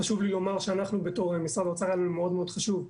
חשוב לי לומר שאנחנו בתור משרד האוצר היה לנו מאוד מאוד חשוב,